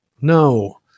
No